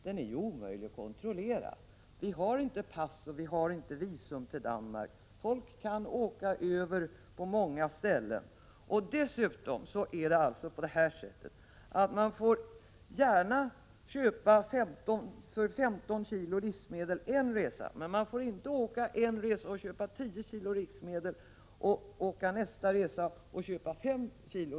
Den är ju omöjlig att kontrollera. Vi har ju inte pass eller visum till Danmark. Folk kan åka över på många ställen. Dessutom får man gärna köpa 15 kilo livsmedel under en resa, men man får inte samma dag resa en gång och hämta 10 kilo och en gång till samma dag och hämta 5 kilo.